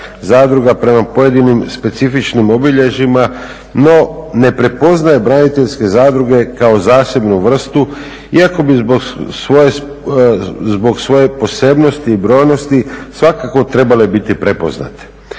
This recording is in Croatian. zadruga prema pojedinim specifičnim obilježjima no ne prepoznaje braniteljske zadruge kao zasebnu vrstu iako bi zbog svoje posebnosti i brojnosti svakako trebale biti prepoznate.